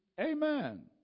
Amen